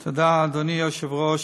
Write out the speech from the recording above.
תודה, אדוני היושב-ראש.